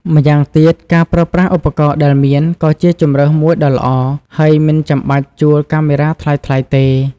ម្យ៉ាងទៀតការប្រើប្រាស់ឧបករណ៍ដែលមានក៏ជាជម្រើសមួយដ៏ល្អ ហើយមិនចាំបាច់ជួលកាមេរ៉ាថ្លៃៗទេ។